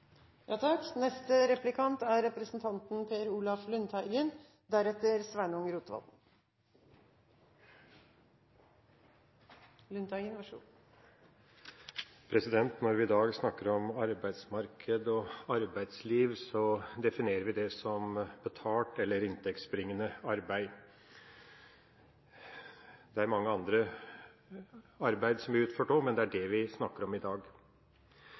Når vi i dag snakker om arbeidsmarked og arbeidsliv, definerer vi det som betalt eller inntektsbringende arbeid. Det er mye annet arbeid som blir utført òg, men det er det vi snakker om i dag.